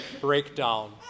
breakdown